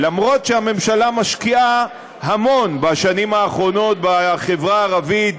אפילו שהממשלה משקיעה המון בשנים האחרונות בחברה הערבית,